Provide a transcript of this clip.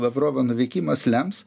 lavrovo nuvykimas lems